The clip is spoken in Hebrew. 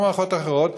כמו מערכות אחרות,